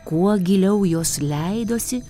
kuo giliau jos leidosi